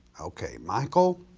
okay michael